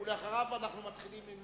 20,000 מובטלים בחודש מרס.